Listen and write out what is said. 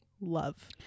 love